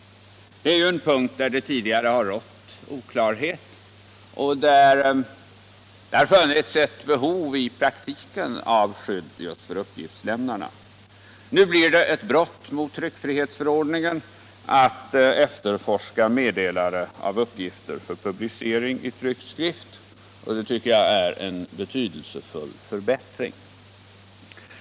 Det är ju en punkt där det tidigare har rått oklarhet, och det har i praktiken funnits ett behov av skydd för uppgiftslämnarna. Nu blir det ett brott mot tryckfrihetsförordningen att efterforska meddelare av uppgifter för publicering i tryckt skrift. och det tycker jag är en betwydelsefull förbättring.